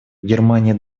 германия